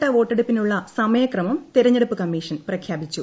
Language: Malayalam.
ഒന്നാംഘട്ട വോട്ടെടുപ്പിനുള്ള സമയക്രമം തെരഞ്ഞെടുപ്പ് ക്മ്മീഷൻ പ്രഖ്യാപിച്ചു